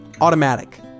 automatic